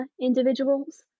individuals